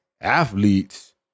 athletes